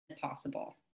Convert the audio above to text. possible